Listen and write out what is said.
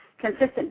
consistent